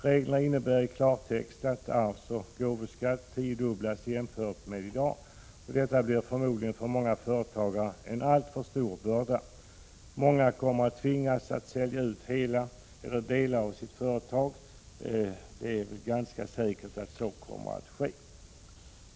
Reglerna innebär i klartext att arvsoch gåvoskatt tiodubblas jämfört med i dag. Detta blir förmodligen för många företagare en alltför stor börda. Det kan bedömas som ganska säkert att många tvingas att sälja ut hela eller delar av sitt företag.